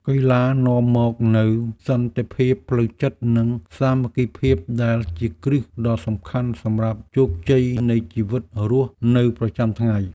កីឡានាំមកនូវសន្តិភាពផ្លូវចិត្តនិងសាមគ្គីភាពដែលជាគ្រឹះដ៏សំខាន់សម្រាប់ជោគជ័យនៃជីវិតរស់នៅប្រចាំថ្ងៃ។